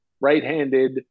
right-handed